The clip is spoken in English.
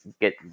get